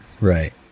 Right